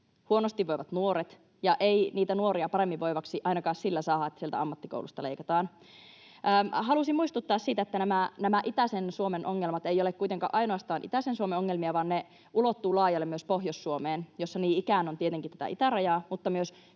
huonosti voivat nuoret, ja ei niitä nuoria paremmin voiviksi ainakaan sillä saada, että sieltä ammattikoulusta leikataan. Halusin muistuttaa siitä, että nämä itäisen Suomen ongelmat eivät ole kuitenkaan ainoastaan itäisen Suomen ongelmia, vaan ne ulottuvat laajalle myös Pohjois-Suomeen, jossa niin ikään on tietenkin tätä itärajaa mutta myös hyvin